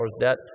debt